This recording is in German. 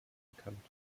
bekannt